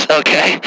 okay